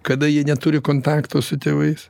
kada jie neturi kontakto su tėvais